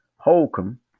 Holcomb